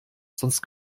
sonst